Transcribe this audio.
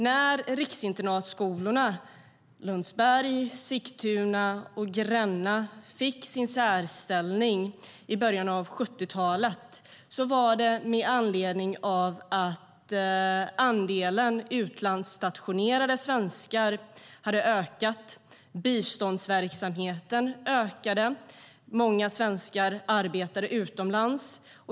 När riksinternatskolorna Lundsberg, Sigtuna och Gränna fick sin särställning i början av 70-talet var det med anledning av att andelen utlandsstationerade svenskar hade ökat, biståndsverksamheten ökade och många svenskar arbetade utomlands.